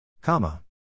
Comma